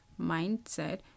mindset